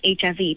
HIV